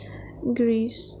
Greece